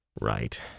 Right